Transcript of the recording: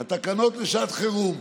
התקנות לשעת חירום.